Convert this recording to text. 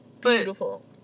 beautiful